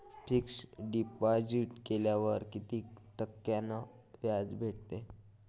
Fix deposit केल्यावर कितीक टक्क्यान व्याज भेटते?